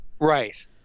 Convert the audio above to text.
Right